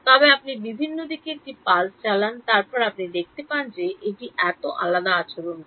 তবে আপনি বিভিন্ন দিকে একটি pulse চালান তারপর আপনি দেখতে পান যে এটি এত আলাদা আচরণ করে